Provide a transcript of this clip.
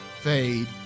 fade